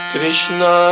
Krishna